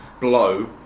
blow